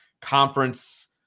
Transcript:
conference